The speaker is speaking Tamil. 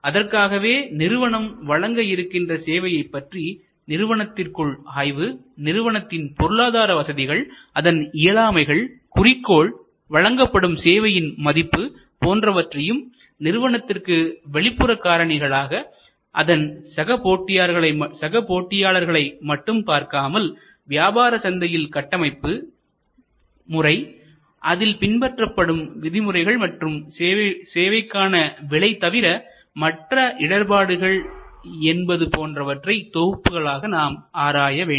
அதற்காகவே நிறுவனம் வழங்க இருக்கின்ற சேவையைப் பற்றி நிறுவனத்திற்குள் ஆய்வுநிறுவனத்தின் பொருளாதார வசதிகள்அதன் இயலாமைகள்குறிக்கோள்வழங்கப்படும் சேவையின் மதிப்பு போன்றவற்றையும் நிறுவனத்திற்கு வெளிப்புற காரணிகளாக அதன் சக போட்டியாளர்களை மட்டும் பார்க்காமல் வியாபார சந்தையின் கட்டமைப்பு முறை அதில் பின்பற்றப்படும் விதிமுறைகள் மற்றும் சேவைக்கான விலை தவிர மற்ற இடர்பாடுகள் என்பது போன்றவற்றை தொகுப்புகளாக நாம் ஆராய வேண்டும்